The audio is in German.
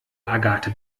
agathe